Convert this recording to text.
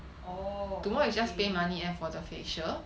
orh oh